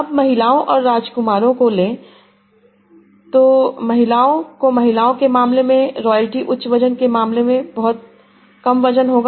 अब महिलाओं और राजकुमारों को ले लो महिलाओं को महिलाओं के मामले में रॉयल्टी उच्च वजन के मामले में बहुत कम वजन होगा